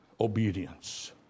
obedience